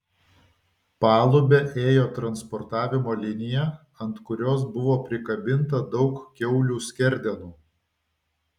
palube ėjo transportavimo linija ant kurios buvo prikabinta daug kiaulių skerdenų